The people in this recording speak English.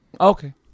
Okay